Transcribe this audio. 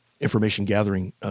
information-gathering